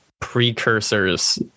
precursors